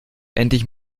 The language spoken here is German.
endlich